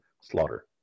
slaughter